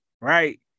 right